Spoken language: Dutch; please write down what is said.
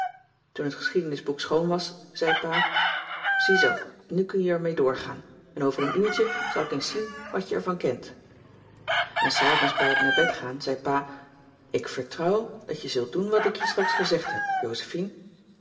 toen t geschiedenisboek schoon was zei pa ziezoo nu kun je er mee doorgaan en over een uurtje zal ik eens zien wat je er van kent en s avonds bij t naar bed gaan zei pa ik vertrouw dat je zult doen wat ik je straks gezegd heb